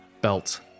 belt